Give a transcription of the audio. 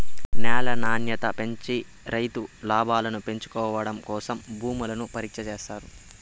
న్యాల నాణ్యత పెంచి రైతు లాభాలను పెంచడం కోసం భూములను పరీక్ష చేత్తారు